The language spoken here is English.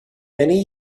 many